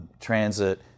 transit